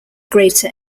greater